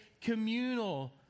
communal